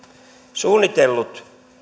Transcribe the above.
suunnitellut